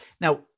Now